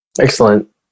Excellent